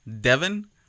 Devon